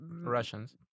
Russians